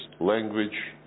language